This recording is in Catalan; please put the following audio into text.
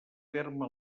terme